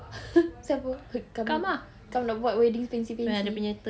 siapa qam qam nak buat wedding fancy fancy